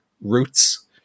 roots